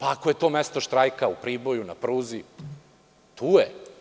Ako je to mesto štrajka u Priboju, na pruzi, tu je.